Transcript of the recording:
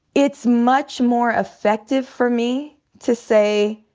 it's much more effective for me to say,